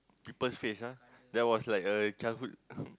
people face ah that was like a childhood